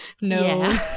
no